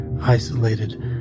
isolated